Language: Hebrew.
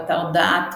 באתר "דעת",